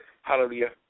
hallelujah